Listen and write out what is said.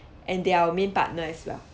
and they are our main partner as well